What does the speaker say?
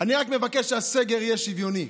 אני רק מבקש שהסגר יהיה שוויוני.